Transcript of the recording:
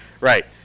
Right